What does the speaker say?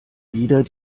wieder